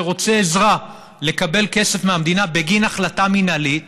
שרוצה עזרה לקבל כסף מהמדינה בגין החלטה מינהלית,